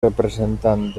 representant